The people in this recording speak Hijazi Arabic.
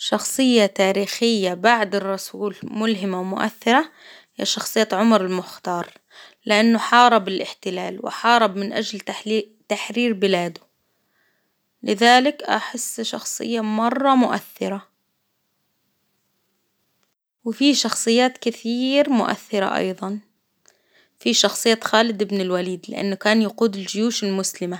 شخصية تاريخية بعد الرسول ملهمة ومؤثرة، هي شخصية عمر المختار، لإنه حارب الإحتلال، وحارب من أجل تحلي تحرير بلاده، لذلك أحس شخصية مرة مؤثرة، وفي شخصيات كثير مؤثرة أيضا، فيه شخصية خالد بن الوليد لإنه كان يقود الجيوش المسلمة.